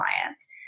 clients